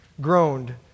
Groaned